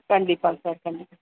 கண்டிப்பாங்க சார் கண்டிப்பாக